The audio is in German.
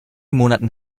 monaten